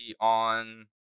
on